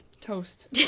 Toast